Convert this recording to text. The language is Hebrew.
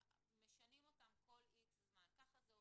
משנים אותן כל X זמן, ככה זה עובד.